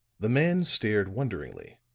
the man stared wonderingly.